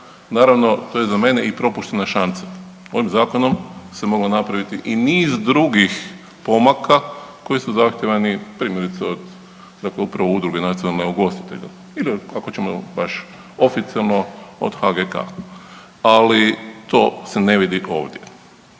Naravno, to je za mene i propuštena šansa. Ovim zakonom se moglo napraviti i niz drugih pomaka koji su zahtijevani primjerice od dakle upravo Udruge nacionalnih ugostitelja ili ako ćemo baš oficijelno od HGK, ali to se ne vidi ovdje.